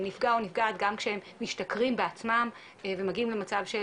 נפגע או נפגעת גם כשהם משתכרים בעצמם ומגיעים למצב של